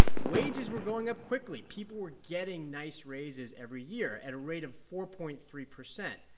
wages were going up quickly. people were getting nice raises every year at a rate of four point three percent.